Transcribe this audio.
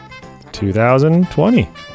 2020